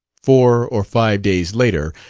four or five days later,